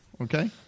Okay